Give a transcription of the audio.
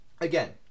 Again